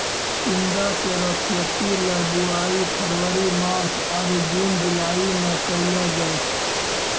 टिंडा केरो खेती ल बुआई फरवरी मार्च आरु जून जुलाई में कयलो जाय छै